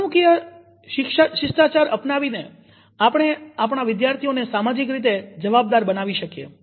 વર્તણુકીય શિષ્ટાચાર અપનાવી આપણે આપણા વિદ્યાર્થીઓને સામાજિક રીતે જવાબદાર બનાવી શકીએ